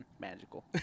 Magical